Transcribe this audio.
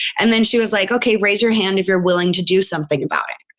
and then she was like, ok, raise your hand if you're willing to do something about it.